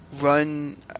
run